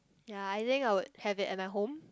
yea I think I would have it in at my home